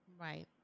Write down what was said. Right